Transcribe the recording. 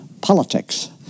politics